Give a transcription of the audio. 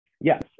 Yes